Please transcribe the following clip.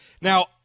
now